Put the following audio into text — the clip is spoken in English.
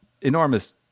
enormous